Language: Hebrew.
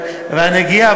והנגיעה,